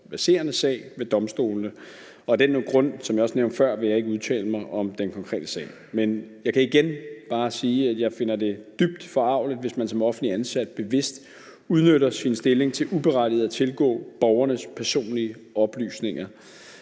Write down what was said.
verserende sag ved domstolene, og af den grund vil jeg, som jeg også nævnte før, ikke udtale mig om den konkrete sag. Jeg kan igen bare sige, at jeg finder det dybt forargeligt, hvis man som offentligt ansat bevidst udnytter sin stilling til uberettiget at tilgå borgernes personlige oplysninger.